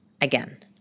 again